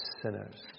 sinners